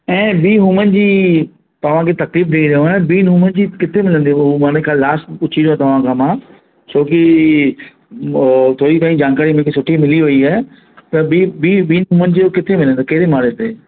ऐं be human जी तव्हांखे तकलीफ़ ॾेई रहियो आहियां बींग हूमन जी किते मिलंदी हू माना हिकु लास्ट पूछी रहियो आहियां तव्हांखां मां छोकी उहो थोरी कई जानकारी हुनखे सुठी मिली वई आहे त बी हूमन जी किते मिलंदा कहिड़े माले ते